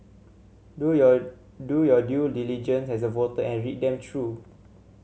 do your do your due diligence as a voter and read them through